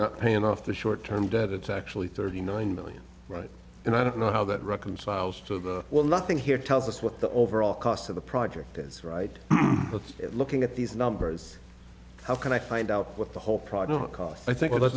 not paying off the short term debt it's actually thirty nine million right and i don't know how that reconciles to well nothing here tells us what the overall cost of the project is right but looking at these numbers how can i find out what the whole